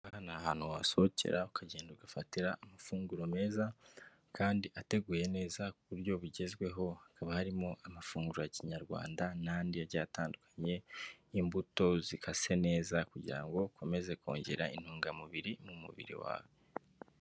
Aha ngaha ni ahantu wasohokera ukagenda ukahafatira amafunguro meza kandi ateguye neza ku buryo bugezweho. Hakaba harimo amafunguro ya kinyarwanda n'andi agiye atandukanye, imbuto zikase neza kugira ngo ukomeze kongera intungamubiri mu mubiri wawe.